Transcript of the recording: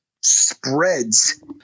spreads